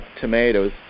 tomatoes